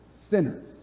sinners